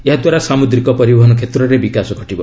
ଏହାଦ୍ୱାରା ସାମ୍ରଦିକ ପରିବହନ କ୍ଷେତ୍ର ବିକାଶ ଘଟିବ